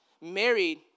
married